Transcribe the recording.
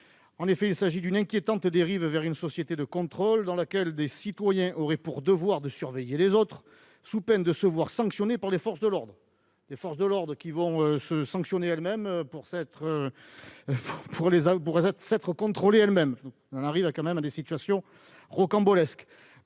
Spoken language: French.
En effet, il s'agit d'une inquiétante dérive vers une société de contrôle, dans laquelle des citoyens auraient pour devoir de surveiller les autres, sous peine de se voir sanctionnés par les forces de l'ordre, qui vont donc se sanctionner elles-mêmes pour s'être contrôlées elles-mêmes ... On arrive tout de même à des situations rocambolesques